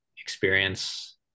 experience